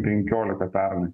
penkiolika pernai